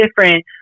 different